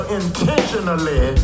intentionally